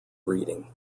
reading